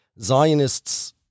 Zionists